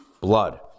blood